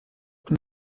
und